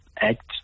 Act